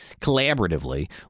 collaboratively